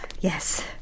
Yes